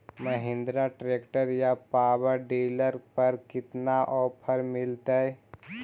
Mahindra tractor या power dealer पर कितना ओफर मीलेतय?